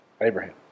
Abraham